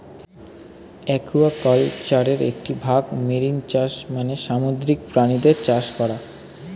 অ্যাকুয়াকালচারের একটি ভাগ মেরিন চাষ মানে সামুদ্রিক প্রাণীদের চাষ করা